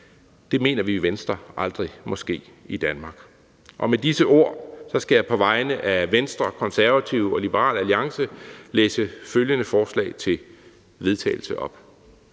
Det mener vi i Venstre aldrig må ske i Danmark. Med disse ord skal jeg på vegne af Venstre, Konservative og Liberal Alliance oplæse følgende: Forslag til vedtagelse